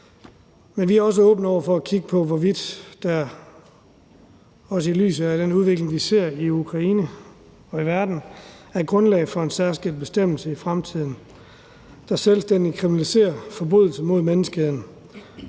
men vi er også åbne for at kigge på, hvorvidt der – også i lyset af den udvikling, vi ser i Ukraine og i verden – er grundlag for en særskilt bestemmelse i fremtiden, der selvstændigt kriminaliserer forbrydelser mod menneskeheden.